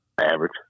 average